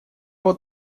вот